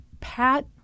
Pat